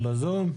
הם בזום?